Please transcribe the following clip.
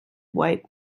white